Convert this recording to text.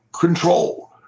control